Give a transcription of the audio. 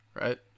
right